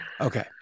Okay